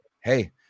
Hey